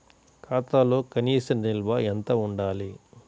ఖాతాలో కనీస నిల్వ ఎంత ఉండాలి?